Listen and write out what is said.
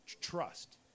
trust